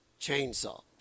chainsaw